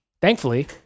Thankfully